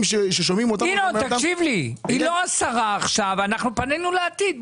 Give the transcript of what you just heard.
ינון, תקשיב לי, היא לא השרה עכשיו ופנינו לעתיד.